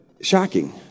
shocking